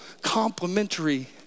complementary